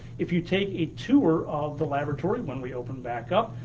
if you take a tour of the laboratory, when we open back up,